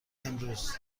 امروز